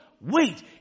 wait